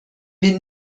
wir